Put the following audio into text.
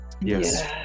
Yes